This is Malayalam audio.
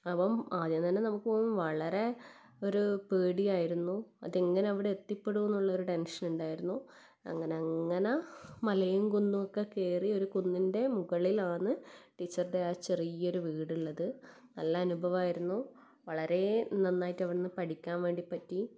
അപ്പം ആദ്യമെന്ന് പറഞ്ഞാൽ നമുക്ക് വളരെ ഒരു പേടിയായിരുന്നു അതെങ്ങനെ അവിടെ എത്തിപ്പെടും എന്നൊള്ളൊരു ടെൻഷൻ ഉണ്ടായിരുന്നു അങ്ങനെ അങ്ങനെ മലയും കുന്നുമൊക്കെ കയറി ഒരു കുന്നിൻ്റെ മുകളിലാണ് ടീച്ചറിൻ്റെ ആ ചെറിയൊരു വീടുള്ളത് നല്ല അനുഭവമായിരുന്നു വളരെ നന്നായിട്ട് അവിടുന്ന് പഠിക്കാൻ വേണ്ടി പറ്റി